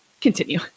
continue